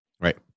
Right